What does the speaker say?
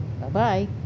Bye-bye